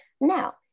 now